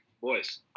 Boys